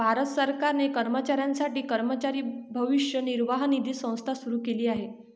भारत सरकारने कर्मचाऱ्यांसाठी कर्मचारी भविष्य निर्वाह निधी संस्था सुरू केली आहे